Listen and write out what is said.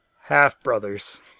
half-brothers